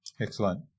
Excellent